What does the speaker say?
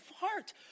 heart